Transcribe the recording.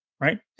right